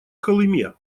колыме